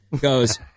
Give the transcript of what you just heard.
goes